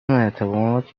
اعتماد